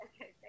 Okay